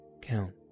Count